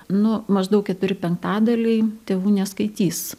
nu maždaug keturi penktadaliai tėvų neskaitys